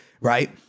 right